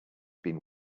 been